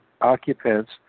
occupants